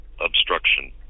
obstruction